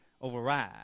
override